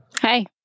hey